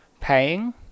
paying